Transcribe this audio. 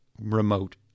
remote